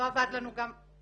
זאת